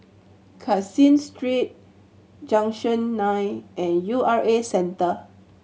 Caseen Street Junction Nine and U R A Centre